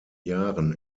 jahren